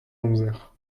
amzer